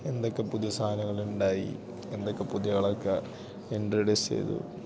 എന്തൊക്കെ പുതിയ സാധനങ്ങളുണ്ടായി എന്തൊക്കെ പുതിയതൊക്കെ ഇൻട്രൊഡ്യൂസ് ചെയ്തു